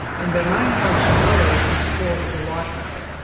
and their main functional there is in support of the white matter,